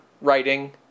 writing